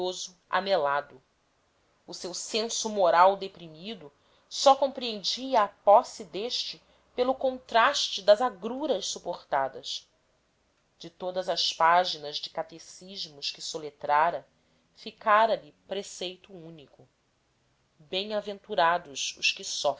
maravilhoso anelado o seu senso moral deprimido só compreendia a posse deste pelo contraste das agruras suportadas de todas as páginas de catecismos que soletrara ficara-lhe preceito único bem-aventurados os que